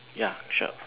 ya sure